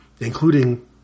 including